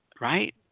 Right